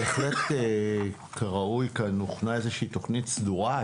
בהחלט כראוי כאן הוכנה איזו תוכנית סדורה.